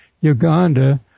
Uganda